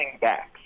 backs